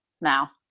now